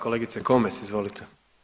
Kolegice Komes, izvolite.